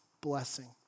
blessing